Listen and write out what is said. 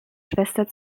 schwester